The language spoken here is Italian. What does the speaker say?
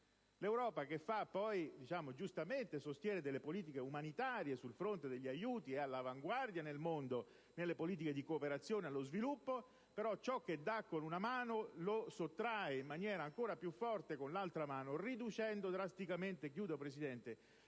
L'Europa, che giustamente sostiene le politiche umanitarie sul fronte degli aiuti, è all'avanguardia nel mondo delle politiche di cooperazione allo sviluppo, ma ciò che dà con una mano lo sottrae in maniera ancora più forte con l'altra, riducendo drasticamente l'accesso